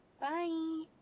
Bye